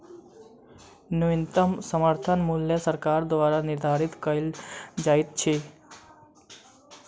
न्यूनतम समर्थन मूल्य सरकार द्वारा निधारित कयल जाइत अछि